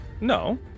No